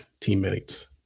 teammates